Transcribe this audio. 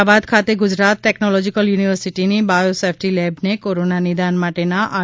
અમદાવાદ ખાતે ગુજરાત ટેક્નોલોજિકલ યુનિવર્સિટીની bio safety લેબને કોરોના નિદાન માટેના આર